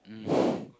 mm